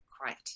Quiet